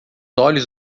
olhos